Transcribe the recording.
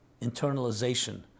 internalization